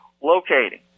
Locating